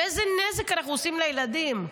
ואיזה נזק אנחנו עושים לילדים?